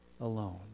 alone